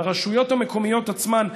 לרשויות המקומיות עצמן,